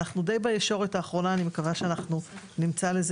אנחנו בישורת האחרונה ואני מקווה שנמצא לזה